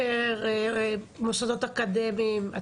אתם נמצאים גם בבתי ספר ובמוסדות אקדמיים?